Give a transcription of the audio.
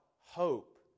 hope